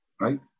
right